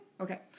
Okay